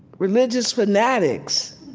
religious fanatics.